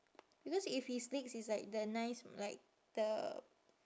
because if his legs is like the nice like the